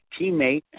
teammate